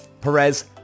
Perez